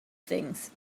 things